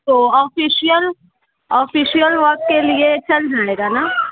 تو official official work کے لیے چل جائے گا نا